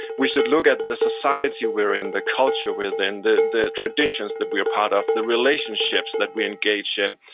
we should look at the society we're in, the culture we're in, the the traditions that we're part of, the relationships that we engage in,